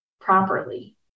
properly